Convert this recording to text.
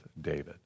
David